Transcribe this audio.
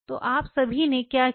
तो आप सभी ने क्या किया